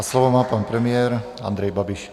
Slovo má pan premiér Andrej Babiš.